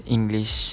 English